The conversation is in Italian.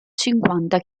cinquanta